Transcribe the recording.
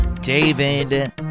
David